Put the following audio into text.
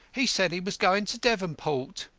he said he was going to devonport.